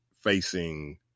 facing